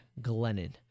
Glennon